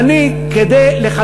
ואני אתן לכם דוגמה של ילד מנתיבות,